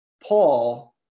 paul